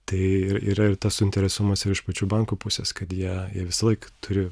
tai ir yra ir tas suinteresuotumas jau iš pačių bankų pusės kad jie visąlaik turi